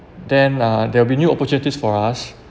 then uh there will be new opportunities for us